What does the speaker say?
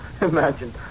Imagine